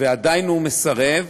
ועדיין הוא מסרב,